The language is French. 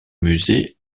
musée